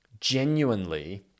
genuinely